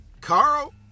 carl